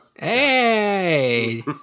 Hey